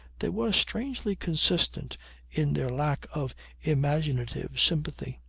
they were strangely consistent in their lack of imaginative sympathy.